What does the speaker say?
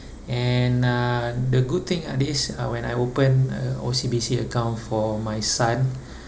and uh the good thing uh this uh when I open a O_C_B_C account for my son